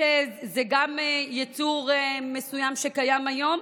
שזה גם יצור מסוים שקיים היום,